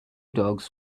dogs